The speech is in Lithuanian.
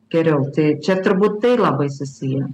geriau tai čia turbūt tai labai susiję